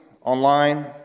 online